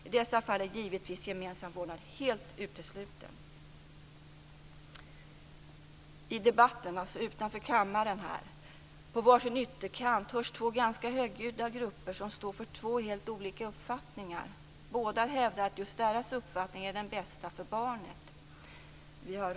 I dessa fall är givetvis gemensam vårdnad helt utesluten. I debatten utanför kammaren hörs på var sin ytterkant två ganska högljudda grupper som står för två helt olika uppfattningar. Båda hävdar att just deras uppfattning är den bästa för barnet.